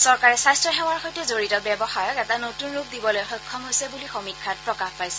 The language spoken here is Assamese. চৰকাৰে স্বাস্থ্য সেৱাৰ সৈতে জড়িত ব্যৱসায়ক এটা নতুন ৰূপ দিবলৈ সক্ষম হৈছে বুলি সমীক্ষাত প্ৰকাশ পাইছে